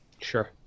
Sure